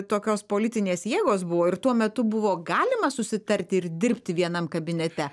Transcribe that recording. tokios politinės jėgos buvo ir tuo metu buvo galima susitarti ir dirbti vienam kabinete